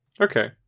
okay